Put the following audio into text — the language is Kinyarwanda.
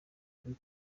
kuri